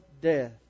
death